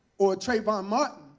or trayvon martin.